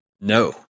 No